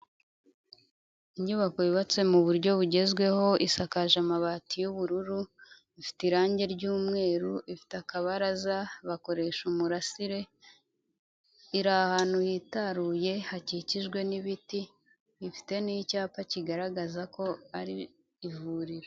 Inyubako yubatse mu buryo bugezweho, isakaje amabati y'ubururu ifite irangi ry'mweru ifite akabaraza, bakoresha umurasire iri ahantu hitaruye hakikijwe n'ibiti, ifite n'icyapa kigaragaza ko ari ivuriro.